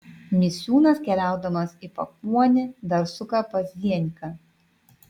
misiūnas keliaudamas į pakuonį dar suka pas zienką